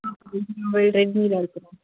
five G mobile ரெட்மியில் இருக்குது ma'am